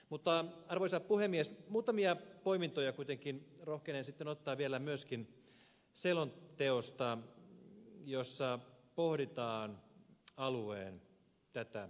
mutta arvoisa puhemies muutamia poimintoja kuitenkin rohkenen sitten ottaa vielä myöskin selonteosta jossa pohditaan alueen nykyhetkeä